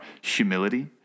humility